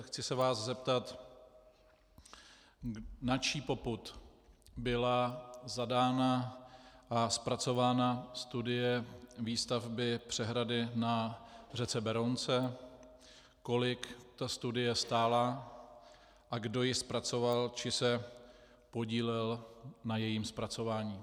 Chci se vás zeptat, na čí popud byla zadána a zpracována studie výstavby přehrady na řece Berounce, kolik ta studie stála a kdo ji zpracoval či se podílel na jejím zpracování.